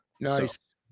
Nice